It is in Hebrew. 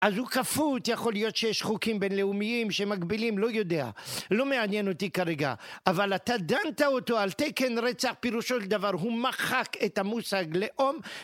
אז הוא כפות, יכול להיות שיש חוקים בינלאומיים שמגבילים, לא יודע. לא מעניין אותי כרגע. אבל אתה דנת אותו על תקן רצח, פירושו של דבר, הוא מחק את המושג לאום.